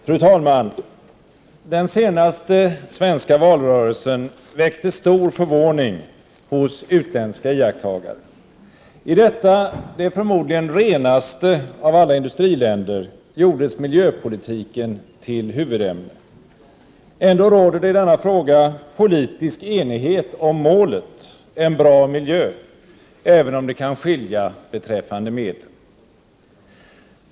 Fru talman! Den senaste svenska valrörelsen väckte stor förvåning hos utländska iakttagare. I detta det förmodligen renaste av alla industriländer gjordes miljöpolitiken till huvudämne. Ändå råder det i denna fråga politisk enighet om målet — en bra miljö — även om det kan skilja beträffande medlen.